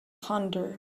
hunter